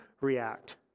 react